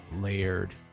layered